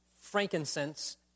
frankincense